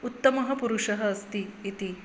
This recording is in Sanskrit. उत्तमः पुरुषः अस्ति इति